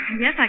Yes